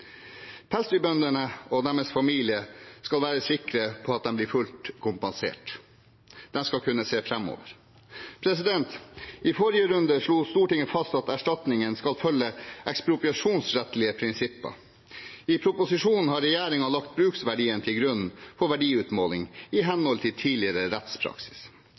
Pelsdyrbøndene og deres familier skal være sikre på at de blir fullt kompensert. De skal kunne se framover. I forrige runde slo Stortinget fast at erstatningen skal følge ekspropriasjonsrettslige prinsipper. I proposisjonen har regjeringen lagt bruksverdien til grunn for verdiutmåling i henhold til tidligere rettspraksis.